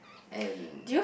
and